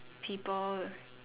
people